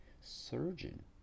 surgeon